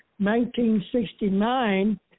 1969